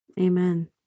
Amen